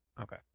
Okay